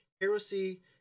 heresy